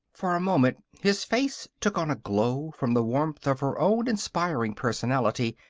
for a moment his face took on a glow from the warmth of her own inspiring personality.